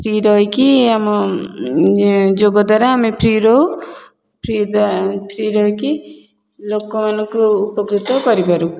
free ରହିକି ଆମ ଯୋଗ ଦ୍ୱରା ଆମେ ଫ୍ରି ରହୁ ଫ୍ରି ଦ୍ୱ ଫ୍ରି ରହିକି ଲୋକମାନଙ୍କୁ ଉପକୃତ କରିପାରୁ